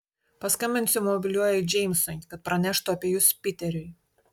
paskambinsiu mobiliuoju džeimsui kad praneštų apie jus piteriui